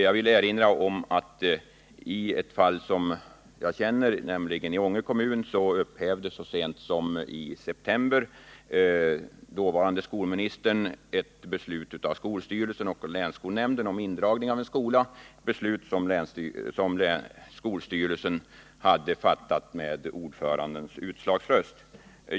Jag vill erinra om att i ett fall som jag känner, det gäller Ånge kommun, upphävdes så sent som i september den dåvarande skolministern ett beslut av skolstyrelsen och länsskolnämnden om indragning av en skola, ett beslut som skolstyrelsen hade fattat med ordförandens utslagsröst.